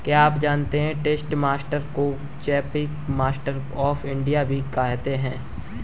क्या आप जानते है स्ट्रीट मार्केट्स को चीपेस्ट मार्केट्स ऑफ इंडिया भी कहते है?